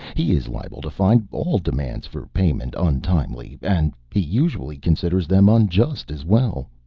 he is liable to find all demands for payment untimely and he usually considers them unjust as well.